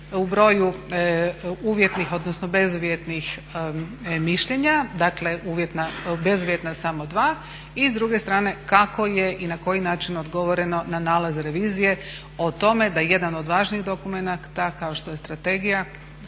u broju uvjetnih, odnosno bezuvjetnih mišljenja, dakle uvjetna, bezuvjetna samo 2. I s druge strane kako je i na koji način odgovoreno na nalaz revizije o tome da jedan od važnijih dokumenata kao što je strategija